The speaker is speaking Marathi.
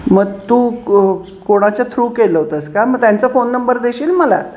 मग तू को कोणाच्या थ्रू केलं होतंस का मग त्यांचा फोन नंबर देशील मला